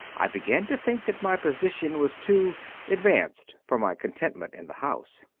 i began to think that my position was too advanced for my contentment in the house.